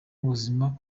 ubuzima